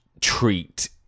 treat